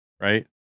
Right